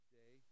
day